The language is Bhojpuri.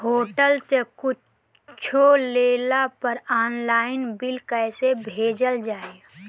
होटल से कुच्छो लेला पर आनलाइन बिल कैसे भेजल जाइ?